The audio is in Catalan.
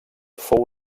fou